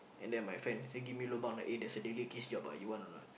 and then my friend say give me lobang eh there's a daily case job ah you want or not